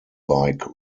bike